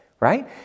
Right